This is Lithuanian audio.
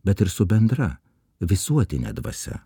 bet ir su bendra visuotine dvasia